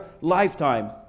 lifetime